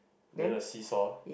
then the seesaw